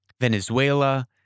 Venezuela